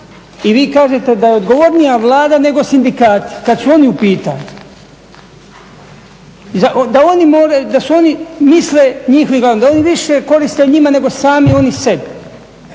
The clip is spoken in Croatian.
i vi kažete da je odgovornija Vlada, nego sindikati kad su oni u pitanju, da oni moraju, da oni misle njihovim glavama, da oni više koriste njima nego sami oni sebi.